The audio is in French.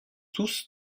tous